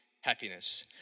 happiness